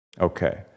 Okay